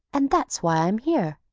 and that's why i'm here.